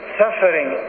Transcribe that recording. suffering